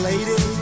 Lady